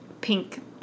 pink